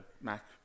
Mac